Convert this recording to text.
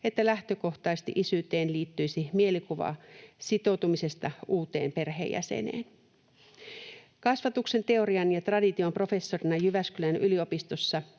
että lähtökohtaisesti isyyteen liittyisi mielikuva sitoutumisesta uuteen perheenjäseneen. Kasvatuksen teorian ja tradition professorina Jyväskylän yliopistossa